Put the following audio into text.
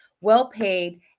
well-paid